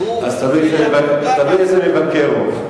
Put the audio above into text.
כי הוא אז תלוי איזה מבקר הוא.